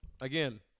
again